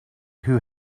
who